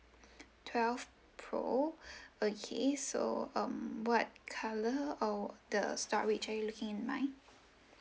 twelve pro okay so um what colour or the storage are you looking in mind